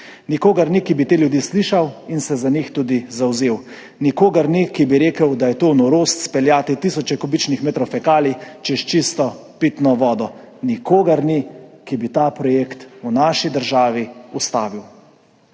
nikogar ni, ki bi te ljudi slišal in se za njih tudi zavzel, nikogar ni, ki bi rekel, da je norost speljati tisoče kubičnih metrov fekalij čez čisto pitno vodo. Nikogar ni, ki bi ustavil ta projekt v naši državi.